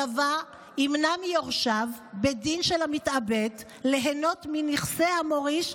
הדבר ימנע מיורשיו בדין של המתאבד ליהנות מנכסי המוריש,